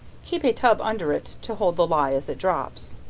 keep a tub under it to hold the ley as it drops.